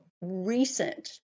recent